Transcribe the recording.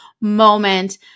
moment